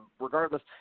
regardless